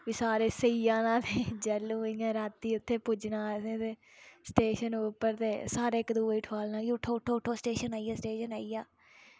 फ्ही सारें सेई जाना जैह्ल्लू इ'यां रातीं उत्थै पुज्जना असें ते स्टेशन उप्पर ते सारें इक दुए गी ठोआलना कि उट्ठो उट्ठो स्टेशन आइया स्टेशन आइया